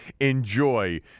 enjoy